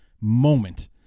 moment